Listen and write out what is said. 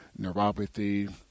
neuropathy